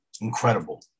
incredible